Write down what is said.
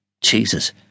Jesus